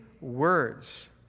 words